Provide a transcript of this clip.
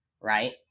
right